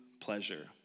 pleasure